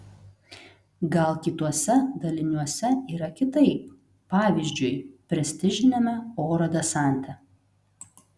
gal kituose daliniuose yra kitaip pavyzdžiui prestižiniame oro desante